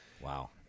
wow